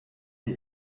die